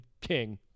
king